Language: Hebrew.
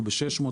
אנחנו ב-600,